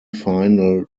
final